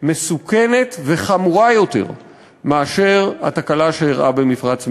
מסוכנת וחמורה יותר מהתקלה שאירעה במפרץ מקסיקו.